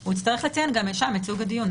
- הוא יצטרך לציין את סוג הדיון.